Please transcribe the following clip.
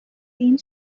این